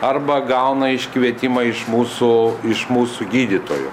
arba gauna iškvietimą iš mūsų iš mūsų gydytojo